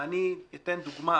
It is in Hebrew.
היא מסבכת